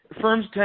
firms